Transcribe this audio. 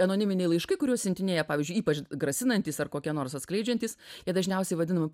anoniminiai laiškai kuriuos siuntinėja pavyzdžiui ypač grasinantys ar kokie nors atskleidžiantys jie dažniausiai vadinami